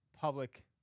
public